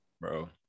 bro